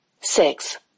Six